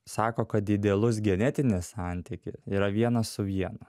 sako kad idealus genetinis santyki yra vienas su vienu